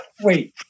Wait